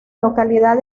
localidad